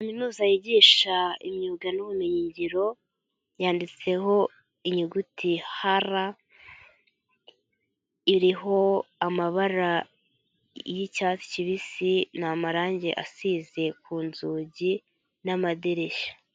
Kaminuza yigisha imyuga n'ubumenyingiro, yanditseho inyuguti Hara, iriho amabara, y'icyatsi kibisi ni amarangi asize ku nzugi n'amadirishya.